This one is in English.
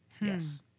Yes